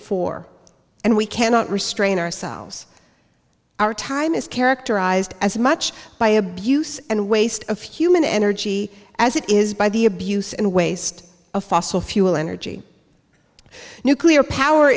for and we cannot restrain ourselves our time is characterized as much by abuse and waste of human energy as it is by the abuse and waste of fossil fuel energy nuclear power